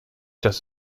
dass